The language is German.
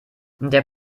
der